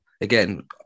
again